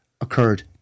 occurred